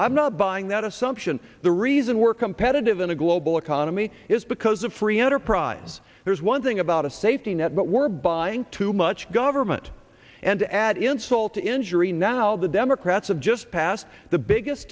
i'm not buying that assumption the reason we're competitive in a global economy is because of free enterprise there's one thing about a safety net but we're buying too much government and to add insult to injury now the democrats have just passed the biggest